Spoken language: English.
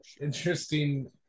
interesting